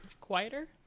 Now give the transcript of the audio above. quieter